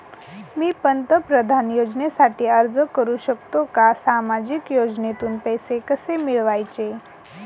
मी पंतप्रधान योजनेसाठी अर्ज करु शकतो का? सामाजिक योजनेतून पैसे कसे मिळवायचे